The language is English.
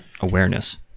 awareness